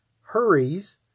hurries